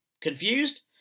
Confused